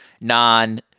non